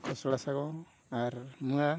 ᱠᱷᱚᱥᱲᱟ ᱥᱟᱠ ᱟᱨ ᱢᱩᱞᱟ